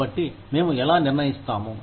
కాబట్టి మేము ఎలా నిర్ణఇస్తాము